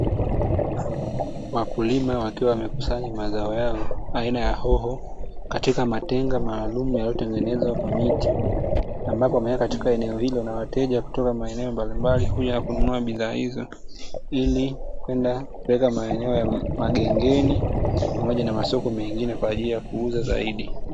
Wakulima wakiwa wamekusanya mazao yao aina ya hogo katika matenga maalumu yaliyotengenezwa kwa miti, ambapo wameweka katika eneo; na wateja kutoka maeneo mbalimbali huja kununua bidhaa hizo ili kwenda kupeleka magengeni, pamoja na masoko mengine, ili kuuza zaidi.